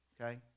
Okay